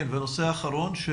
כן, ונושא אחרון?